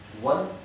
One